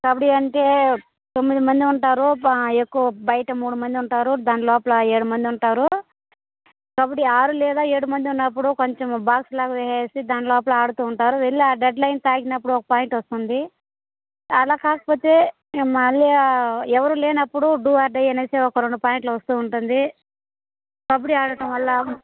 కబడ్డీ అంటే తొమ్మిది మంది ఉంటారు బయట ఎక్కువ మూడు మంది ఉంటారు దాని లోపల ఏడు మంది ఉంటారు కబడ్డీ ఆరు లేదా ఏడు మంది ఉన్నప్పుడు కొంచెం బాక్స్ లాగా వేసి దాని లోపల ఆడుతూ ఉంటారు వెళ్ళి ఆ డెడ్లైన్ తాకినప్పుడు ఒక పాయింట్ వస్తుంది అలా కాకపోతే మళ్ళీ ఎవరూ లేనప్పుడు డూ ఆర్ డై అనేసి ఒక రెండు పాయింట్లు వస్తూ ఉంటుంది కబడ్డీ ఆడటం వల్ల